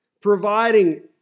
providing